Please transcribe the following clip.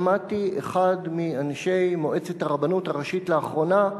שמעתי אחד מאנשי מועצת הרבנות הראשית לאחרונה,